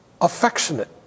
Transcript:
affectionate